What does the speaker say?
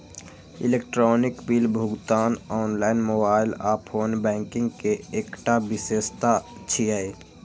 electronic bill भुगतान online, mobile आ phone banking के एकटा विशेषता छियै